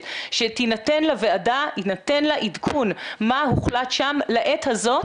שיינתן לוועדה עדכון מה הוחלט שם לעת הזאת.